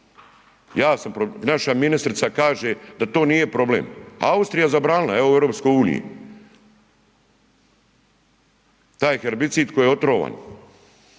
ja sam, naša ministrica kaže da to nije problem, Austrija zabranila evo u EU, taj herbicid koji je otrovan,